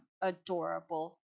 adorable